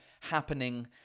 happening